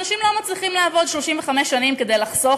אנשים לא מצליחים לעבוד 35 שנים כדי לחסוך